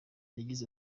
yagize